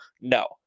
no